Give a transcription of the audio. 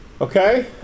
okay